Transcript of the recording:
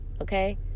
okay